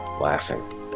laughing